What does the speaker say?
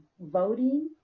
voting